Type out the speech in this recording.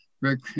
Rick